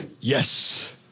Yes